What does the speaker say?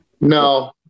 No